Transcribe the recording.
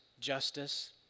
justice